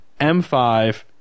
M5